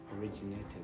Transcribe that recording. originated